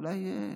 אולי,